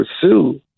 pursue